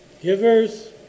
givers